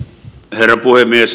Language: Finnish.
herra puhemies